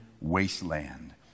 wasteland